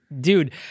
dude